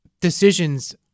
decisions